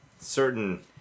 certain